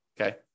okay